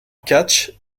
catch